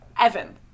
Evan